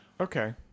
Okay